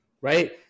right